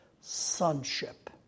sonship